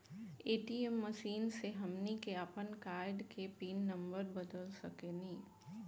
ATM machine से हमनी के आपन कार्ड के पिन नम्बर बदल सके नी